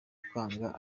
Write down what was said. kwanga